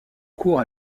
cours